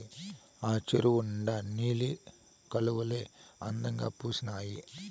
ఆ చెరువు నిండా నీలి కలవులే అందంగా పూసీనాయి